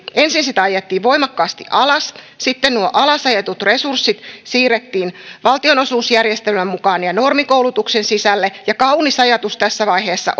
ensin sitä ajettiin voimakkaasti alas sitten nuo alasajetut resurssit siirrettiin valtionosuusjärjestelmän mukaan ja normikoulutuksen sisälle ja kaunis ajatus tässä vaiheessa